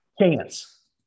Chance